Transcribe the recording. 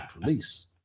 police